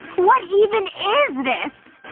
what even is this?